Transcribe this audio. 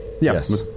Yes